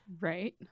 Right